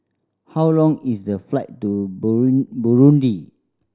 how long is the flight to Burundi